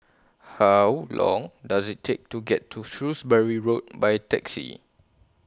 How Long Does IT Take to get to Shrewsbury Road By Taxi